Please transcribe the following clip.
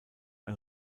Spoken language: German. ein